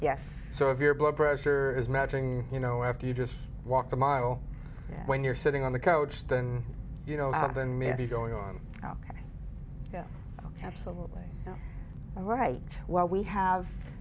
yes so if your blood pressure is matching you know after you just walked a mile when you're sitting on the couch then you know have been many going on oh yeah absolutely yeah all right well we have